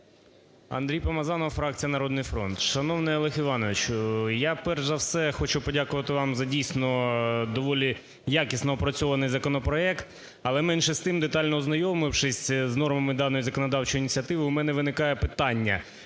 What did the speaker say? Андрій Помазанов, фракція "Народний фронт". Шановний Олег Іванович, я перш за все хочу подякувати вам за, дійсно, доволі якісно опрацьований законопроект. Але менше з тим, детально ознайомившись з нормами даної законодавчої ініціативи, у мене виникає питання.